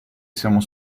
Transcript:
siamo